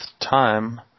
time